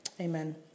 Amen